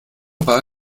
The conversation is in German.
war